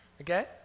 okay